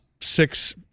six